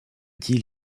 deal